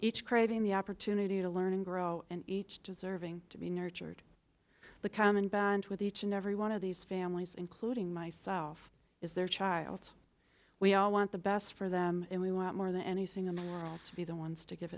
each craving the opportunity to learn and grow and each deserving to be nurtured the common bond with each and every one of these families including myself is their child we all want the best for them and we want more than anything a mess to be the ones to give